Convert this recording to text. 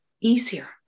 easier